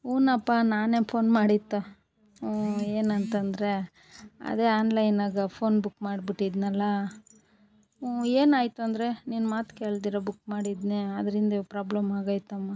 ಹ್ಞೂನಪ್ಪ ನಾನೆ ಪೋನ್ ಮಾಡಿತ್ತು ಹ್ಞೂ ಏನಂತಂದರೆ ಅದೇ ಆನ್ಲೈನಾಗ ಫೋನ್ ಬುಕ್ ಮಾಡಿ ಬಿಟ್ಟಿದ್ನಲ್ಲ ಹ್ಞೂ ಏನಾಯಿತು ಅಂದರೆ ನಿನ್ನ ಮಾತು ಕೇಳ್ದಿರ ಬುಕ್ ಮಾಡಿದ್ನೆ ಅದರಿಂದೆ ಪ್ರಾಬ್ಲಮ್ ಆಗೈತಮ್ಮ